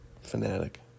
fanatic